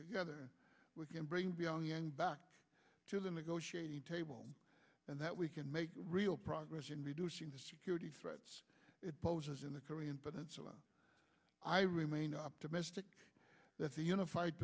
together we can bring beyond the end back to the negotiating table and that we can make real progress in reducing the security threats it poses in the korean peninsula i remain optimistic that the unified